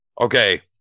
Okay